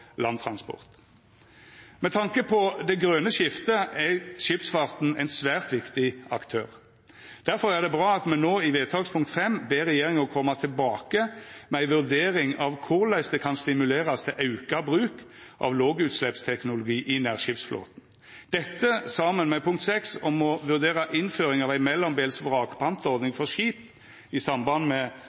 tanke på det grøne skiftet er skipsfarten ein svært viktig aktør. Difor er det bra at me no i forslag til vedtak V ber regjeringa koma tilbake med ei vurdering av korleis det kan verta stimulert til auka bruk av lågutsleppsteknologi i nærskipsflåten. Dette, saman med forslag til vedtak VI, om å vurdera innføring av ei mellombels vrakpantordning for skip i samband med